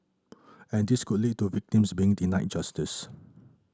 and this could lead to victims being denied justice